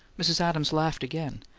mrs. adams laughed again.